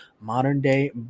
Modern-day